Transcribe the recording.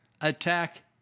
attack